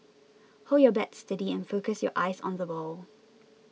hold your bat steady and focus your eyes on the ball